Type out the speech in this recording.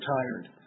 tired